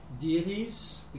Deities